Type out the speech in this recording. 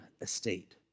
estate